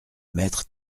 mettre